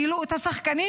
את השחקנים,